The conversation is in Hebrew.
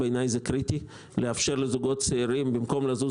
בעיניי זה קריטי לאפשר לזוגות צעירים במקום לזוז